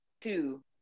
two